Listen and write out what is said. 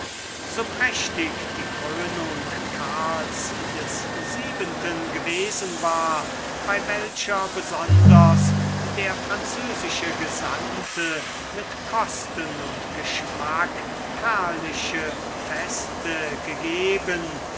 so prächtig die krönung karls des siebenten gewesen war bei welcher besonders der französische gesandte mit kosten und geschmack herrliche feste gegeben